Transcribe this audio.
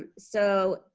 ah so,